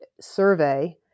survey